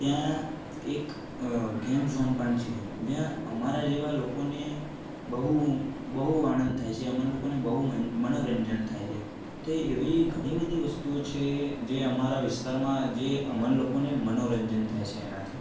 ત્યાં એક ગેમઝોન પણ છે જ્યાં અમારા જેવા લોકોને બહુ બહુ આનંદ થાય છે અમને લોકોને બહુ મન મનોરંજન થાય છે તો એવી ઘણી બધી વસ્તુઓ છે જે અમારા વિસ્તારમાં જે અમને લોકોને મનોરંજન થાય છે એનાથી